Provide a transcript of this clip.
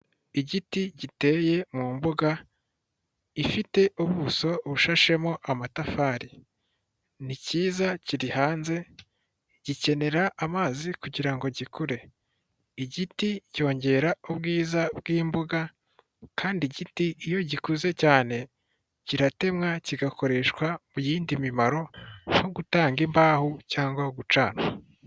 Igiti giteye mu mbuga ifite ubuso bushashemo amatafari ni kiza kiri hanze gikenera amazi kugira ngo gikure, igiti cyongera ubwiza bw'imbuga kandi igiti iyo gikuze cyane kiratemwa kigakoreshwa mu yindi mimaro nko gutanga imbaho cyangwa gucanwa.